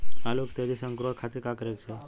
आलू के तेजी से अंकूरण खातीर का करे के चाही?